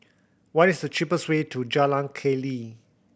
what is the cheapest way to Jalan Keli